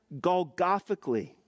Golgothically